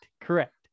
correct